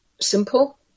simple